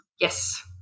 Yes